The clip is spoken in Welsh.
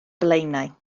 blaenau